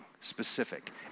specific